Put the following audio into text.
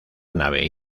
nave